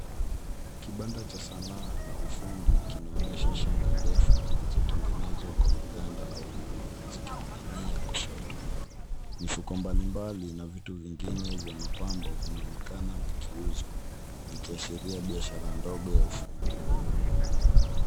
Kibanda cha sanaa na ufundi kinaonyesha shanga ndefu zilizotengenezwa kwa maganda au mawe zikining'inia kushoto. Mifuko mbalimbali na vitu vingine vya mapambo vinaonekana vikiuzwa vikiashiria biashara ndogo ya ufundi.